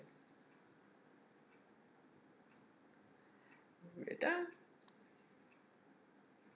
wait ah